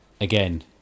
Again